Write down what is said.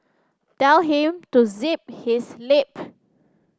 tell him to zip his lip